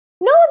No